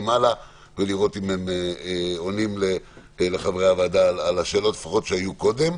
הלאה ולראות אם הם עונים לחברי הוועדה על השאלות שהיו קודם,